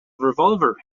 revolver